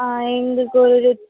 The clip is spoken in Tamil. ஆ எங்களுக்கு ஒரு